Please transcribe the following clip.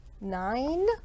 nine